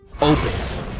opens